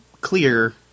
clear